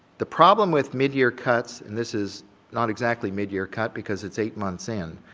the problem with midyear cuts, and this is not exactly midyear cut because it's eight months in,